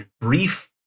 brief